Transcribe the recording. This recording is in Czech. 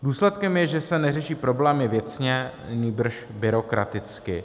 Důsledkem je, že se neřeší problémy věcně, nýbrž byrokraticky.